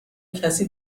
کسی